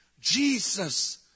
Jesus